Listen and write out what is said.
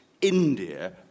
India